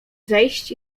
zejść